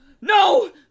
No